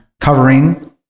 covering